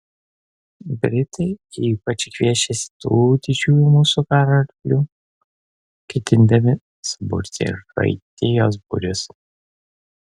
britai ypač gviešiasi tų didžiųjų mūsų karo arklių ketindami suburti raitijos būrius